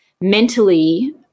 mentally